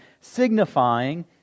signifying